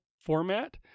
format